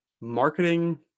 Marketing